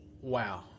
wow